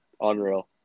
unreal